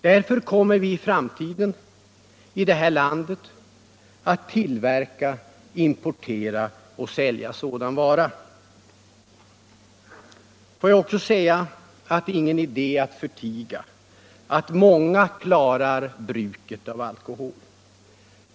Därför kommer vi i framtiden att i vårt land tillverka, importera och sälja sådana varor. Det är ingen idé att förtiga att många klarar bruket av alkohol.